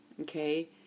okay